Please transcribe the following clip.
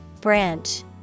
Branch